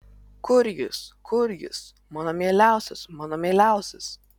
kur jis kur jis mano mieliausias mano mieliausias